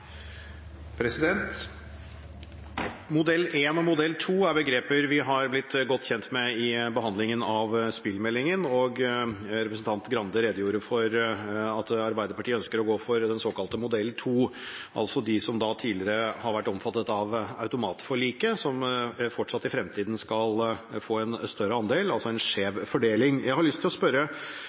begreper vi har blitt godt kjent med ved behandlingen av spillmeldingen. Representanten Grande redegjorde for at Arbeiderpartiet ønsker å gå for den såkalte modell 2, altså at de som tidligere har vært omfattet av automatforliket, fortsatt i fremtiden skal få en større andel – en skjev fordeling. Jeg har lyst til å